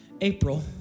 April